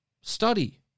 study